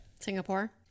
Singapore